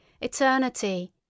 ETERNITY